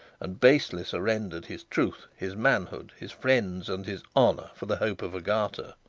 and basely surrendered his truth, his manhood, his friends, and his honour for the hope of a garter,